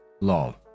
Lol